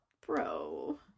bro